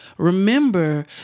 Remember